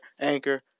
anchor